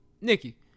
Nikki